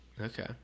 Okay